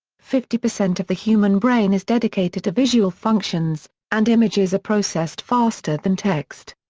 fifty percent of the human brain is dedicated to visual functions, and images are processed faster than text.